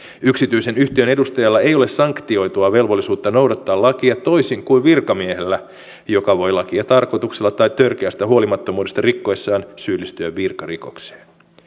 yksityisen yhtiön edustajalla ei ole sanktioitua velvollisuutta noudattaa lakia toisin kuin virkamiehellä joka voi lakia tarkoituksella tai törkeästä huolimattomuudesta rikkoessaan syyllistyä virkarikokseen